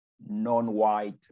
non-white